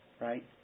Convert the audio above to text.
Right